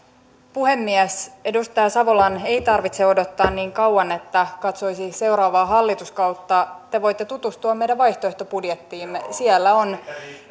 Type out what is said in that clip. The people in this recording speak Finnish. puhemies edustaja savolan ei tarvitse odottaa niin kauan että katsoisi seuraavaa hallituskautta te voitte tutustua meidän vaihtoehtobudjettiimme siellä ovat